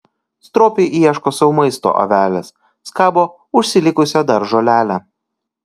stropiai ieško sau maisto avelės skabo užsilikusią dar žolelę